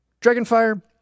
Dragonfire